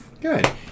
good